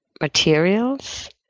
materials